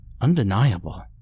undeniable